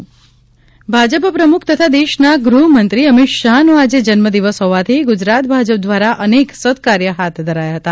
ભાજપ અમિત શાહ જન્મદિન ભાજપ પ્રમુખ તથા દેશના ગૃહમંત્રી અમિત શાહનો આજે જન્મદિવસ હોવાથી ગુજરાત ભાજપ દ્વારા અનેક સત્કાર્ય હાથ ધરાયા હતા